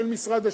של משרד השיכון,